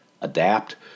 adapt